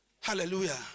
Hallelujah